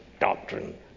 doctrine